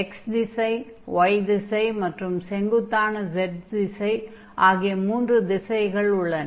x திசை y திசை மற்றும் செங்குத்தான z திசை ஆகிய மூன்று திசைகள் உள்ளன